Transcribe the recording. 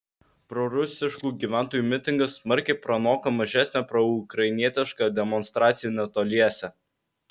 prorusiškų gyventojų mitingas smarkiai pranoko mažesnę proukrainietišką demonstraciją netoliese